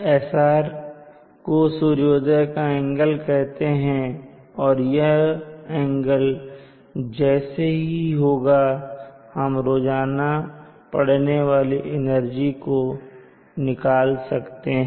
SR को सूर्योदय का एंगल कहते हैं और यह एंगल जैसे ही पता होगा हम रोजाना पढ़ने वाली एनर्जी को निकाल सकते हैं